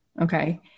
Okay